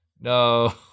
no